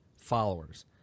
followers